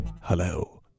Hello